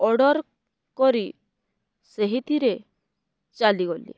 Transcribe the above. order କରି ସେଇଥିରେ ଚାଲିଗଲି